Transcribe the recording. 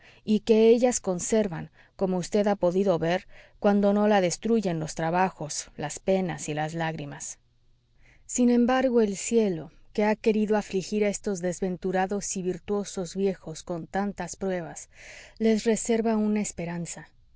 y que ellas conservan como vd ha podido ver cuando no la destruyen los trabajos las penas y las lágrimas sin embargo el cielo que ha querido afligir a estos desventurados y virtuosos viejos con tantas pruebas les reserva una esperanza